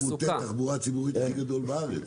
זה -- -תחבורה ציבורית הכי גדול בארץ.